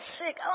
sick